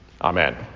amen